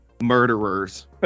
murderers